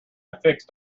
fixed